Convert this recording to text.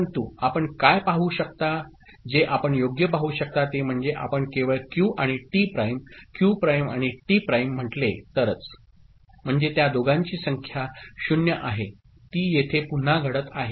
परंतु आपण काय पाहू शकता जे आपण योग्य पाहू शकता ते म्हणजे आपण केवळ क्यू आणि टी प्राइम क्यू प्राइम आणि टी प्राइम म्हटले तरच म्हणजे त्या दोघांची संख्या 0 आहे ती येथे पुन्हा घडत आहे